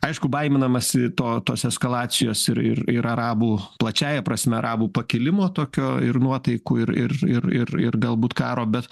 aišku baiminamasi to tos eskalacijos ir ir ir arabų plačiąja prasme arabų pakilimo tokio ir nuotaikų ir ir ir ir ir galbūt karo bet